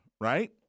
right